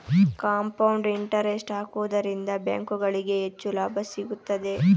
compound interest ಹಾಕುವುದರಿಂದ ಬ್ಯಾಂಕುಗಳಿಗೆ ಹೆಚ್ಚು ಲಾಭ ಸಿಗುತ್ತದೆ